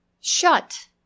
Shut